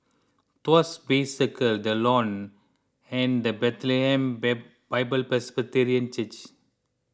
Tuas Bay Circle the Lawn and the Bethlehem by Bible Presbyterian Church